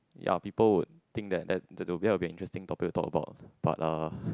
ya people would think that that that would be an interesting topic to talk about but uh